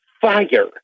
fire